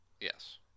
Yes